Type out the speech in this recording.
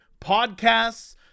podcasts